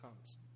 comes